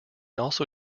also